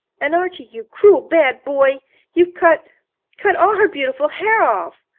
and, archie, you cruel, bad boy you've cut cut all her beautiful hair off,